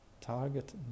Target